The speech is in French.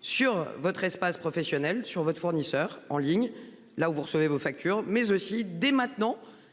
sur votre espace professionnel sur votre fournisseur en ligne là où vous recevez vos factures mais aussi dès maintenant